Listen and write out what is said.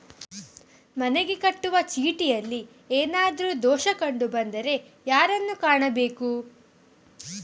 ಮನೆಗೆ ಕಟ್ಟುವ ಚೀಟಿಯಲ್ಲಿ ಏನಾದ್ರು ದೋಷ ಕಂಡು ಬಂದರೆ ಯಾರನ್ನು ಕಾಣಬೇಕು?